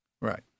Right